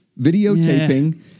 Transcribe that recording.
videotaping